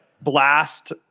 blast